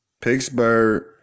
Pittsburgh